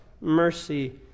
mercy